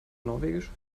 norwegisch